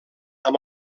amb